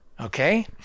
okay